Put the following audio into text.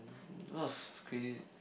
mm a lot of crazy